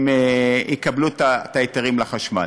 הם יקבלו את ההיתרים לחשמל.